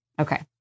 Okay